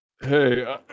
Hey